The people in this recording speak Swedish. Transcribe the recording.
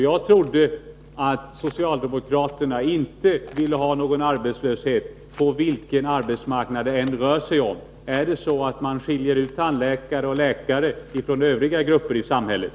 Jag trodde att socialdemokraterna inte ville ha någon arbetslöshet, vilken arbetsmarknad det än rör sig om. Är det så att man skiljer ut tandläkare och läkare från övriga grupper i samhället?